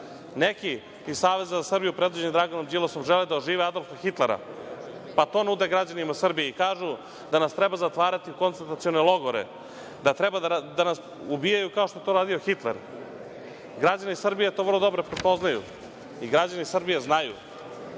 neki iz Saveza za Srbiju, predvođeni Draganom Đilasom, žele da ožive Adolfa Hitlera, pa to nude građanima Srbije i kažu da nas treba zatvarati u koncentracione logore, da treba da nas ubijaju, kao što je to radio Hitler. Građani Srbije to vrlo dobro prepoznaju i građani Srbije znaju